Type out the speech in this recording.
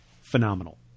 Phenomenal